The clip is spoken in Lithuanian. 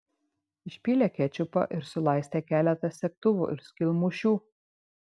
išpylė kečupą ir sulaistė keletą segtuvų ir skylmušių